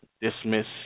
dismiss